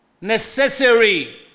necessary